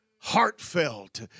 heartfelt